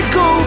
go